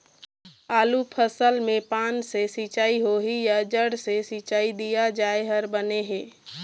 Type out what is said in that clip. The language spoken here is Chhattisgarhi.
आलू फसल मे पान से सिचाई होही या जड़ से सिचाई दिया जाय हर बने हे?